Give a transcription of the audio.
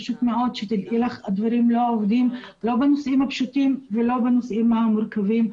תדעי שהדברים לא עובדים לא בנושאים הפשוטים ולא בנושאים המורכבים,